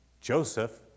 Joseph